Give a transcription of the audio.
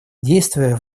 действуя